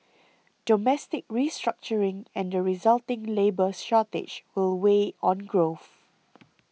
domestic restructuring and the resulting labour shortage will weigh on growth